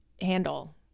handle